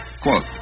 Quote